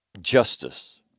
justice